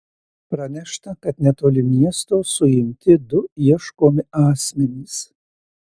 pranešta kad netoli miesto suimti du ieškomi asmenys